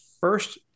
first